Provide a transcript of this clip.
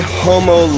homo